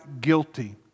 guilty